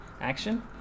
action